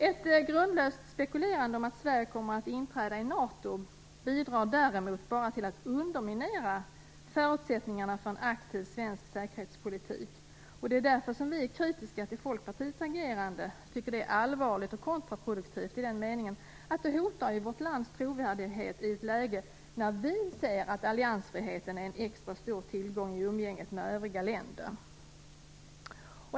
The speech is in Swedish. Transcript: Ett grundlöst spekulerande om att Sverige kommer att inträda i NATO bidrar däremot bara till att underminera förutsättningarna för en aktiv svensk säkerhetspolitik. Det är därför vi i Centerpartiet är kritiska till Folkpartiets agerande. Vi tycker att det är allvarligt och kontraproduktivt i den meningen att det hotar vårt lands trovärdighet i ett läge när vi säger att alliansfriheten är en extra stor tillgång i umgänget med övriga länder.